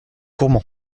gourmand